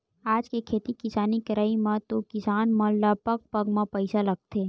आज के खेती किसानी करई म तो किसान मन ल पग पग म पइसा लगथे